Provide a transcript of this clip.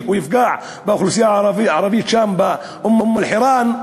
או יפגע באוכלוסייה הערבית שם באום-אלחיראן.